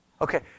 Okay